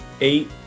eight